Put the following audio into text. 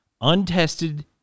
untested